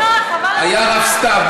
הפערים הם פשוט עוצרי נשימה.